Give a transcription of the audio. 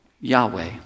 Yahweh